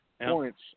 points